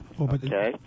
Okay